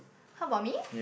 how about me